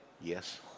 Yes